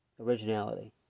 originality